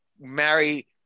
marry